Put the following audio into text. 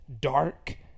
dark